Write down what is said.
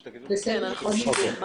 שלום.